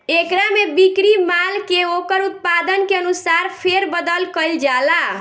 एकरा में बिक्री माल के ओकर उत्पादन के अनुसार फेर बदल कईल जाला